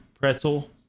pretzel